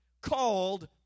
called